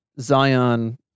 Zion